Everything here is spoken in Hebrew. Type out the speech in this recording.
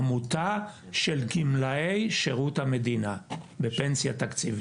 עמותה של גמלאי שירות המדינה בפנסיה תקציבית.